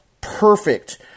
perfect